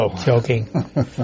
joking